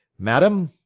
madam,